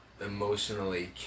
emotionally